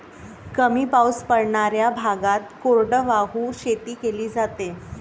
कमी पाऊस पडणाऱ्या भागात कोरडवाहू शेती केली जाते